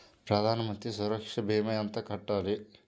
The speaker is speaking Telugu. ప్రధాన మంత్రి సురక్ష భీమా ఎంత కట్టాలి?